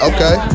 Okay